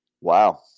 Wow